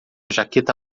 jaqueta